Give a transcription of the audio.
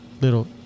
little